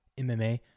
MMA